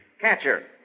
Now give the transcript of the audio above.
catcher